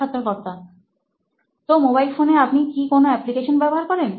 সাক্ষাৎকারকর্তা তো মোবাইল ফোনে আপনি কি কোনো এপ্লিকেশন ব্যবহার করেন